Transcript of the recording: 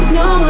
no